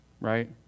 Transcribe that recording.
Right